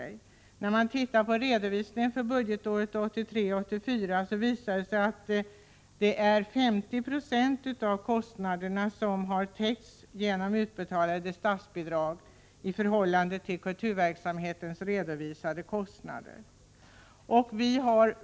När man tittar på redovisningen för budgetåret 1983/84 visar det sig att 50 960 av kostnaderna för kulturverksamheten har täckts genom statsbidrag.